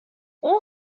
اون